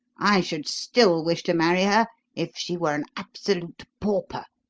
i should still wish to marry her if she were an absolute pauper.